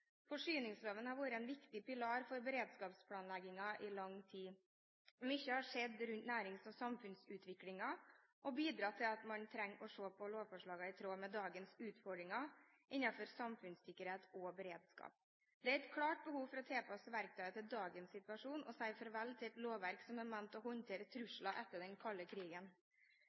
har vært en viktig pilar for beredskapsplanleggingen i lang tid. Mye har skjedd rundt nærings- og samfunnsutviklingen og har bidratt til at man trenger å se på lovforslagene i tråd med dagens utfordringer innenfor samfunnssikkerhet og beredskap. Det er et klart behov for å tilpasse verktøyene til dagens situasjon og si farvel til et lovverk som er ment å håndtere trusler etter den kalde krigen.